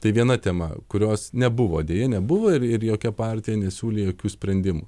tai viena tema kurios nebuvo deja nebuvo ir ir jokia partija nesiūlė jokių sprendimų